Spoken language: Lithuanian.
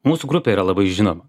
mūsų grupė yra labai žinoma